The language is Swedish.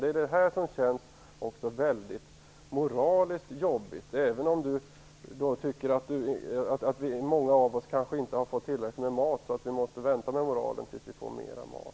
Det är detta som känns moraliskt jobbigt, även om Widar Andersson tycker att många av oss inte har fått tillräckligt med mat, så att vi måste vänta med moralen tills vi får mer mat.